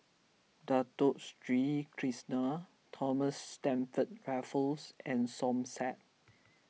Dato Sri Krishna Thomas Stamford Raffles and Som Said